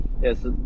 yes